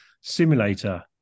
simulator